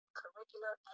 curricular